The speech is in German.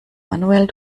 manuell